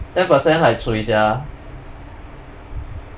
ten percent like cui sia